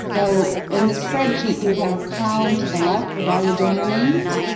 so, in the spreadsheet, you would have a column to the left with all your donor names,